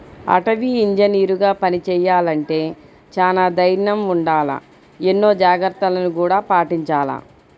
అటవీ ఇంజనీరుగా పని చెయ్యాలంటే చానా దైర్నం ఉండాల, ఎన్నో జాగర్తలను గూడా పాటించాల